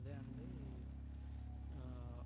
అదే అండి